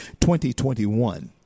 2021